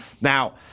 Now